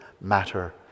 matter